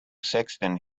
sexton